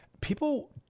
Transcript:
people